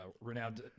renowned